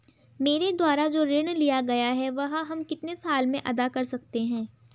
मेरे द्वारा जो ऋण लिया गया है वह हम कितने साल में अदा कर सकते हैं?